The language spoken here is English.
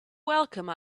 welcome